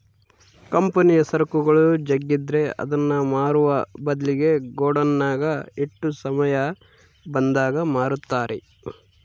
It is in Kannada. ಕಂಪನಿಯ ಸರಕುಗಳು ಜಗ್ಗಿದ್ರೆ ಅದನ್ನ ಮಾರುವ ಬದ್ಲಿಗೆ ಗೋಡೌನ್ನಗ ಇಟ್ಟು ಸಮಯ ಬಂದಾಗ ಮಾರುತ್ತಾರೆ